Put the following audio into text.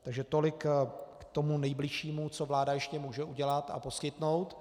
Takže tolik k tomu nejbližšímu, co vláda ještě může udělat a poskytnout.